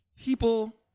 People